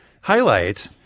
highlight